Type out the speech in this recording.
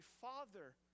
father